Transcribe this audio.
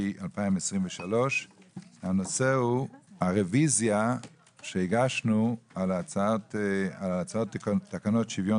19.7.2023. הנושא הוא הרביזיה שהגשנו על הצעת תקנות שוויון